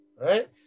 Right